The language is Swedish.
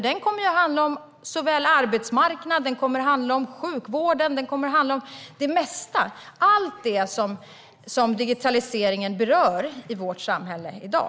Den kommer att handla om såväl arbetsmarknaden som sjukvården - det mesta, allt det som digitaliseringen berör i vårt samhälle i dag.